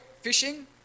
fishing